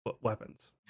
weapons